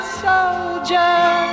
soldier